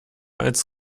als